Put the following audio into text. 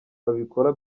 babikora